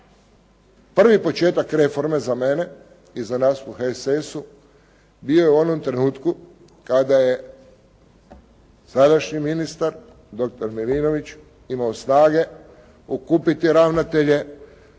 prvo početak reforme za mene i za nas u HSS-u bio je u onom trenutku kada je sadašnji ministar doktor Milinović imao snage okupiti ravnatelje,